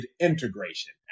integration